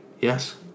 Yes